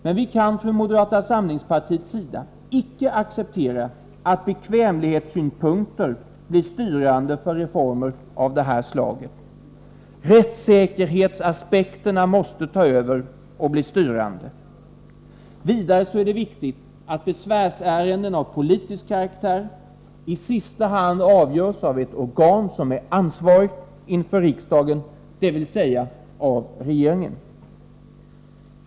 Men vi kan från moderata samlingspartiets sida icke acceptera att bekvämlighetssynpunkter blir styrande för reformer av detta slag. Rättssäkerhetsaspekterna måste ta över och bli styrande. Vidare är det viktigt att besvärsärenden av politisk karaktär i sista hand avgörs av ett organ som är ansvarigt inför riksdagen, dvs. av regeringen.